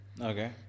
Okay